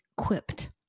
equipped